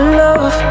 love